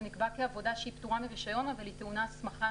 זה נקבע כעבודה שהיא פטורה מרישיון אבל היא טעונה הסמכה,